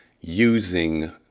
using